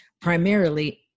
primarily